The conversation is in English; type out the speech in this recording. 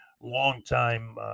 longtime